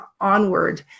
onward